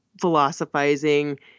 philosophizing